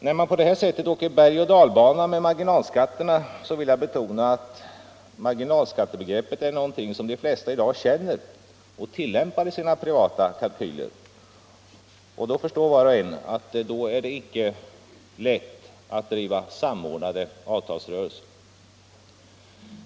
När man på detta sätt åker bergoch dalbana med marginalskatterna — jag vill betona att marginalskattebegreppet är någonting som de flesta i dag känner och tillämpar vid sina privata kalkyler — så förstår var och en att det icke är lätt att driva samordnade avtalsrörelser.